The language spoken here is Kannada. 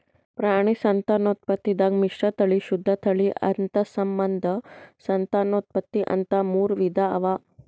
ಪ್ರಾಣಿ ಸಂತಾನೋತ್ಪತ್ತಿದಾಗ್ ಮಿಶ್ರತಳಿ, ಶುದ್ಧ ತಳಿ, ಅಂತಸ್ಸಂಬಂಧ ಸಂತಾನೋತ್ಪತ್ತಿ ಅಂತಾ ಮೂರ್ ವಿಧಾ ಅವಾ